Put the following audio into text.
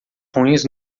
ruins